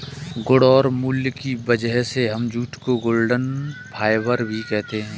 गुण और मूल्य की वजह से हम जूट को गोल्डन फाइबर भी कहते है